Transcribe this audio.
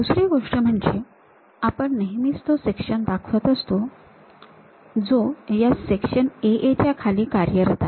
दुसरी गोष्ट म्हणजे आपण नेहमीच तो सेक्शन दाखवत असतो जो या सेक्शन A Aच्या खाली कार्यरत आहे